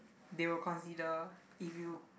they will consider if you